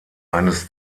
eines